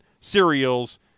cereals